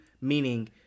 Meaning